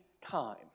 time